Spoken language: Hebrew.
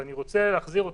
אני רוצה להחזיר אתכם,